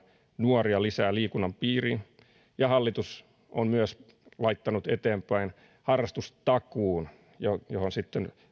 nuoria lisää liikunnan piiriin ja hallitus on myös laittanut eteenpäin harrastustakuun johon sitten